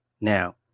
now